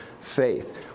faith